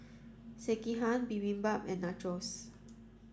Sekihan Bibimbap and Nachos